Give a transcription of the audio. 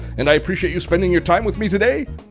and i appreciate you spending your time with me today.